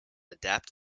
adapt